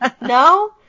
No